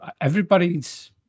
everybody's